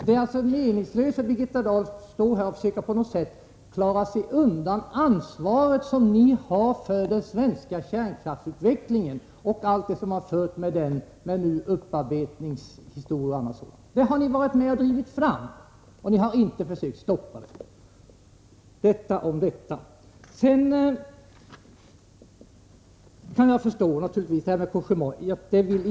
Det är alltså meningslöst för Birgitta Dahl att här försöka dra sig undan det ansvar som socialdemokraterna har för den svenska kärnkraftsutvecklingen och allt det som har följt med den — jag tänker på upparbetningshistorier och annat sådant. Det har ni varit med och drivit fram, och ni har inte försökt stoppa det. — Detta om detta. Jag kan förstå att Birgitta Dahl inte vill kommentera Cogéma-avtalet.